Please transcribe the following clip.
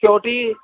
security